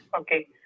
okay